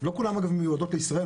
לא כולן אגב מיועדות לישראל,